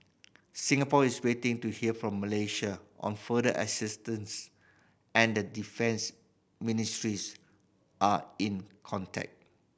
Singapore is waiting to hear from Malaysia on further assistance and the defence are in contact